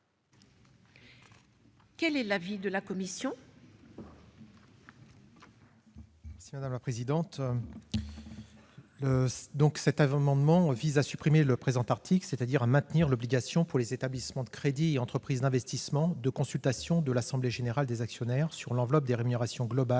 Quel est l'avis de la commission